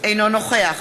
אינו נוכח